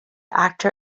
actor